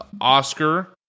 Oscar